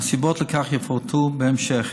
והסיבות לכך יפורטו בהמשך.